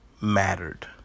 Mattered